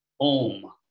Om